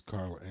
Carl